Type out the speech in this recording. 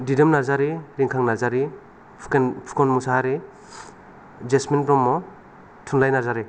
Didom Narzary Rinkhang Narzary Phukan Mushahary Jasmine Brahma Thunlai Narzary